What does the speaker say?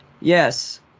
yes